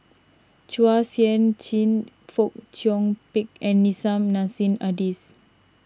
Chua Sian Chin Fong Chong Pik and Nissim Nassim Adis